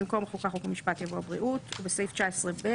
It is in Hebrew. במקום "החוקה חוק ומשפט" יבוא "הבריאות"; בסעיף 9(ב),